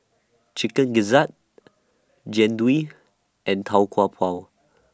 Chicken Gizzard Jian Dui and Tau Kwa Pau